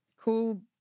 Cool